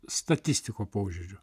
statistiko požiūriu